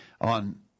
on